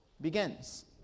begins